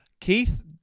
Keith